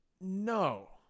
no